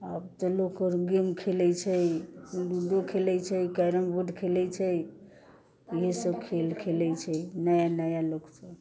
आब तऽ लोक गेम खेलैत छै लूडो खेलैत छै कैरम बोर्ड खेलैत छै इएह सभ खेल खेलैत छै नया नया लोक सभ